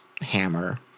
hammer